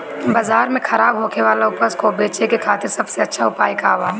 बाजार में खराब होखे वाला उपज को बेचे के खातिर सबसे अच्छा उपाय का बा?